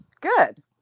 Good